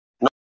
No